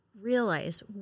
Realize